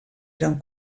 eren